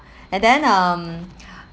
and then um